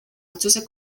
otsuse